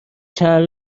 چند